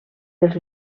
els